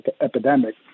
epidemic